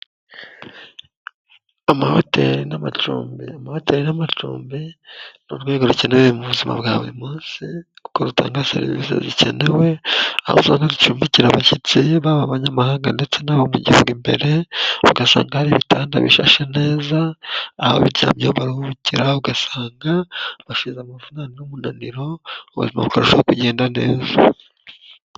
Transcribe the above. Amahoteli n'amacumbi. Amahoteli n'amacumbi n' urwego rukeneyewe mu buzima bwa buri munsi kuko rutanga serivisi zikenewe. Aho zicumbikira abashyitsi baba abanyamahanga ndetse nabo mu gihugu imbere ugasanga hari ibitanda bishashe neza, baruhukira ugasanga bashyize amafaranga, umunaniro maze ubuzima bukarushaho kugenda neza.